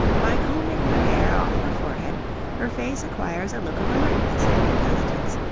by combing her hair off her forehead her face acquires a look of alertness and intelligence,